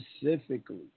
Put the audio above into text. specifically